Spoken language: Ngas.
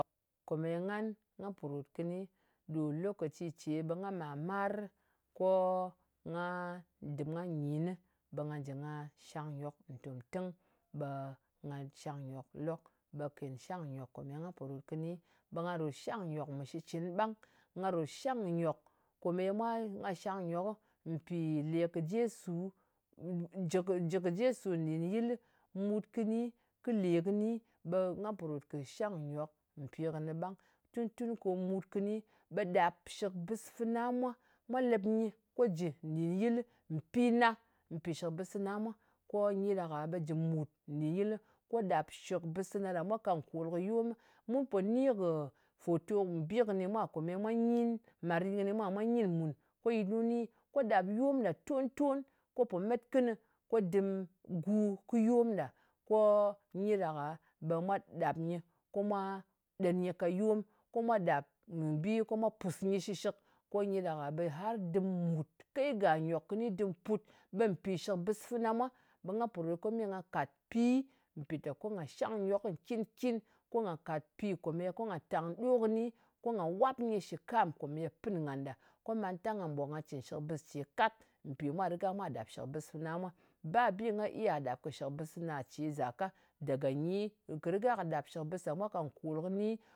Kòmeye ngan nga pò rot kɨni ɗo lokaci ce ɓe nga mar-mar ko nga dɨm nga nyinɨ ɓe nga jɨ nga shangnyòk ntòm tɨng ɓe nga shang nyok lok. Ɓe kèn shangnyòk kòme nga pò ròt kɨni, ɓe nga ròt shangnyòk mɨ shitcɨn ɓang. Nga ròt shang kɨ nyòk mpì lè kɨ Jesu. Jɨ kɨ, jɨ kɨ Jesu nɗin yɨlɨ, mut kɨni, kɨ lè kɨni ɓe nga pò ròt kɨ shang kɨ nyok mpi kɨnɨ ɓang. Tun-tun ko mut kɨni, ɓe ɗap shɨkbɨs fana mwa. Mwa lep nyɨ, ko jɨ nɗin yɨlɨ mpì na. Mpì shɨkbɨs fana mwa, ko nyi ɗak-a ɓe jɨ mùt nɗin yɨlɨ ko ɗàp shɨkbɨs fana ɗa ka kòl kɨ yomɨ. Mu po ni kɨ fòtò kɨ bi kɨni mwa, kome mwa nyin. Marin kɨni mwa mwa nyin mùn ko yɨt nu ni. Ko ɗàp yom ɗa ton-ton, ko pò met kɨni ko dɨm gu kɨ yom ɗa, ko nyi ɗak-a ɓe mwa ɗap nyɨ, ko mwa ɗen nyɨ ka yom. Ko mwa ɗap bi, ko mwa pùs nyɨ shɨshɨk. Ko nyi ɗak-a ɓe har dɨm mùt. Kai gà nyòk kɨni dɨm put, ɓe mpì shɨkbɨs fana mwa. Ɓe nga pò rot ko me nga kàt pi mpìteko ngà shangnyok nkin-nkin. Ko ngà kàt pi kòmè ko nga tang ɗo kɨni, ko nga wap nyɨ shɨ kam kòmèye pɨn ngan ɗa. Ko mantang nga ɓòk nga cɨn shɨkbɨs ce kat. Mpì mwà rɨga mwa ɗap shɨkbɨs fana mwa. Ba bi nga iya ɗàp shɨkbɨs fana ce zaka. Daga nyi, kɨ rɨga kɨ ɗap shɨkbɨs ɗa mwa ka nkòl kɨni.